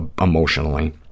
emotionally